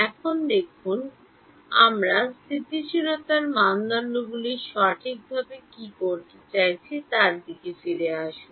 এখন দেখুন আমরা স্থিতিশীলতার মানদণ্ডগুলি সঠিকভাবে কী করতে চাইছি তার দিকে ফিরে আসুন